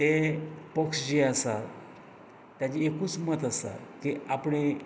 ते पक्ष जें आसा तेजें एकूच मत आसा की आपणें